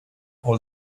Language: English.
all